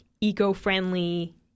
eco-friendly